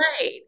right